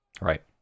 Right